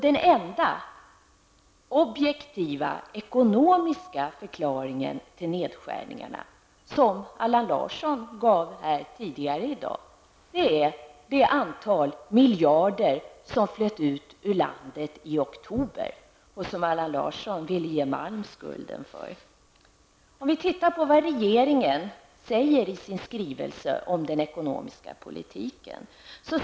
Den enda objektiva ekonomiska förklaring till nedskärningarna som Allan Larsson gav här tidigare i dag är att ett antal miljarder flöt ut ur landet i oktober, något som Allan Larsson ville ge Stig Malm skulden för. Vad säger regeringen i sin skrivelse om den ekonomiska politiken?